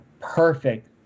perfect